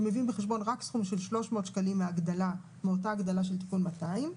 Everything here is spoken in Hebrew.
כשמביאים בחשבון רק סכום של 300 שקלים מאותה הגדלה של תיקון 200,